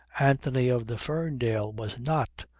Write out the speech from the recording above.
anthony of the ferndale was not,